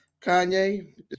Kanye